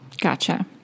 Gotcha